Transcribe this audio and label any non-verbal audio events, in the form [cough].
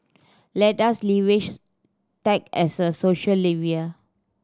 let us [unintelligible] tech as a social [unintelligible]